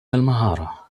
المهارة